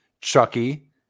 Chucky